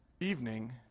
evening